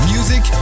Music